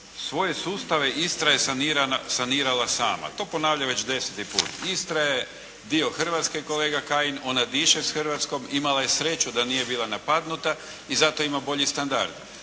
svoje sustave Istra je sanirala sama. To ponavlja već deseti put. Istra je dio Hrvatske kolega Kajin, ona diše s Hrvatskom. Ima sreću da nije bila napadnuta i zato ima bolji standard.